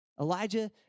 Elijah